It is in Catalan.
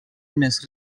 més